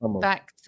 Back